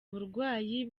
uburwayi